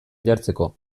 jartzeko